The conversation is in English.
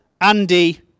Andy